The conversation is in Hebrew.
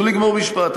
תנו לגמור משפט.